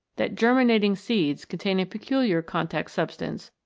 that germinating seeds contain a peculiar contact substance,